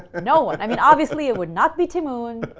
no one. i mean, obviously it would not be ti moune,